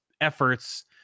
efforts